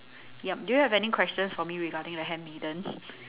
yup do you have any questions for me regarding the handmaiden